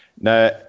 Now